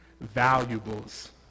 valuables